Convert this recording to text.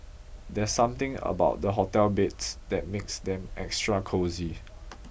there's something about the hotel beds that makes them extra cosy